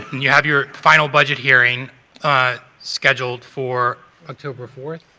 and you have your final budget hearing scheduled for october fourth.